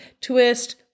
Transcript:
twist